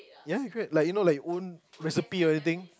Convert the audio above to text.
ya great like you know your recipe or anything